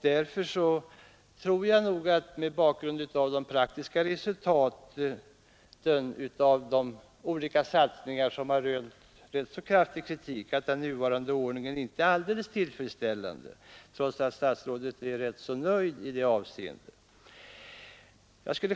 Därför tror jag nog, mot bakgrund av de praktiska resultaten av de olika satsningar som har rönt ganska kraftig kritik, att den nuvarande ordningen inte är alldeles tillfredsställande, trots att statsrådet är rätt nöjd i det avseendet.